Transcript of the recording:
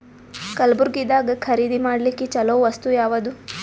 ಕಲಬುರ್ಗಿದಾಗ ಖರೀದಿ ಮಾಡ್ಲಿಕ್ಕಿ ಚಲೋ ವಸ್ತು ಯಾವಾದು?